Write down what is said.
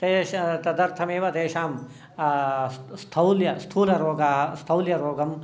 ते तदर्थमेव तेषां स्थौल्य स्थूलरोगाः स्थौल्यरोगं